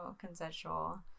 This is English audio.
consensual